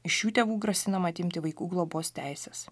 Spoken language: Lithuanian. iš jų tėvų grasinama atimti vaikų globos teises